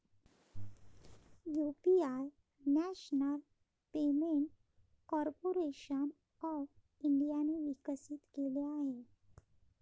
UPI national payment corporation of इंडियाने विकसित केले आहे